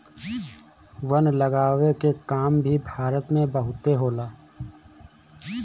वन लगावे के काम भी भारत में बहुते होला